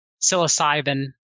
psilocybin